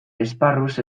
esparruz